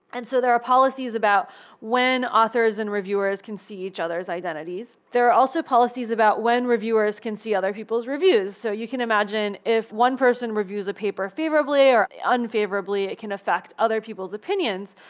and so there are policies about when authors and reviewers can see each other s identities. there are also policies about when reviewers can see other people's reviews. so you can imagine, if one person reviews a paper favorably, or unfavorably, it can affect other people's opinions.